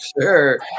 sure